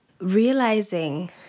realizing